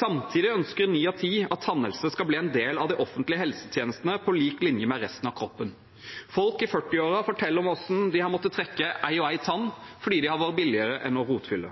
Samtidig ønsker ni av ti at tannhelse skal bli en del av de offentlige helsetjenestene på lik linje med resten av kroppen. Folk i førtiårene forteller om hvordan de har måttet trekke en og en tann fordi det har vært billigere enn å rotfylle.